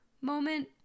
moment